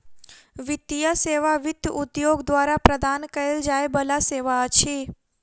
वित्तीय सेवा वित्त उद्योग द्वारा प्रदान कयल जाय बला सेवा अछि